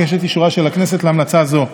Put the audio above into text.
אבקש את אישורה של הכנסת להמלצה זו.